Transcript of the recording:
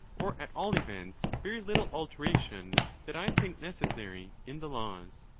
or at all events very little alteration that i think necessary in the laws.